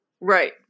Right